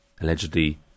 allegedly